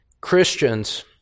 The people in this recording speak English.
Christians